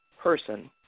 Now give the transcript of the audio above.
person